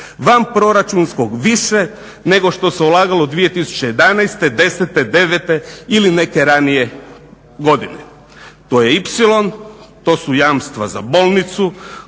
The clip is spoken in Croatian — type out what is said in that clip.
van proračunskog više nego što se ulagalo 2011., 2010., 2009. ili neke ranije godine. To je ipsilon, to su jamstava za bolnicu